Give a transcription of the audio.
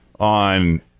On